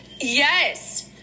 Yes